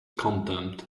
contempt